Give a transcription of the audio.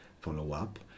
follow-up